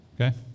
Okay